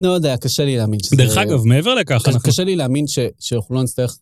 לא יודע, קשה לי להאמין שזה... דרך אגב, מעבר לכך, אנחנו... קשה לי להאמין שאנחנו לא נצטרך.